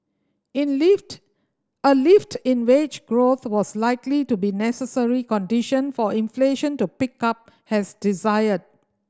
in lift a lift in wage growth was likely to be necessary condition for inflation to pick up has desired